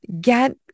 get